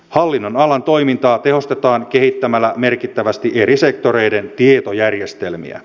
hallinnonalan toimintaa tehostetaan kehittämällä merkittävästi eri sektoreiden tietojärjestelmiä